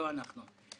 לא אנחנו.